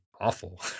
awful